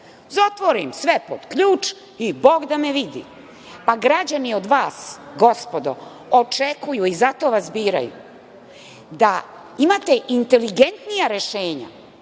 zatvorim sve pod ključ i bog da me vidi. Građani od vas, gospodo, očekuju, i zato vas biraju, da imate inteligentnija rešenja